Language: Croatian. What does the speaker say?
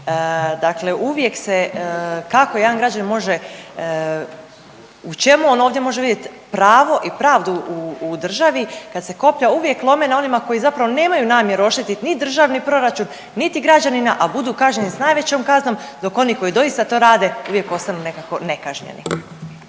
Dakle, uvijek se kako jedan građanin može u čemu on ovdje može vidjet pravo i pravdu u državi kad se koplja uvijek lome na onima koji zapravo nemaju namjeru oštetit ni državni proračun, niti građanina, a budu kažnjeni s najvećom kaznom dok oni koji doista to rade uvijek ostanu nekako nekažnjeni.